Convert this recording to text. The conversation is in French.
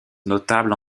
notables